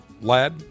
lad